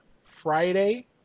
Friday